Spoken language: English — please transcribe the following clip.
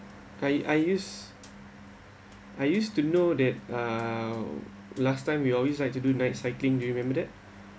I I use I used to know that uh last time we always like to do night cycling do you remember that